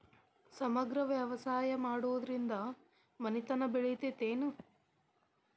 ಸಮಗ್ರ ವ್ಯವಸಾಯ ಮಾಡುದ್ರಿಂದ ಮನಿತನ ಬೇಳಿತೈತೇನು?